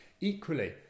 equally